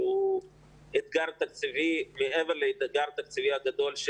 שהוא אתגר תקציבי מעבר לאתגר הגדול של